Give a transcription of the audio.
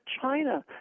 China